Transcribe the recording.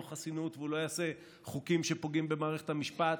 חסינות והוא לא יעשה חוקים שפוגעים במערכת המשפט,